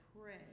Pray